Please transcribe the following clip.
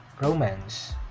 romance